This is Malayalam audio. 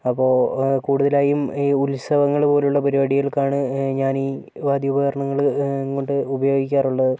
അപ്പോൾ കൂടുതലായും ഈ ഉത്സവങ്ങൾ പോലുള്ള പരിപാടികൾക്കാണ് ഞാനീ വാദ്യോപകരണങ്ങൾ കൊണ്ടു ഉപയോഗിക്കാറുള്ളത്